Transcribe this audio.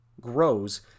grows